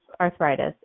arthritis